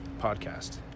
Podcast